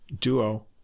duo